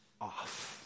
off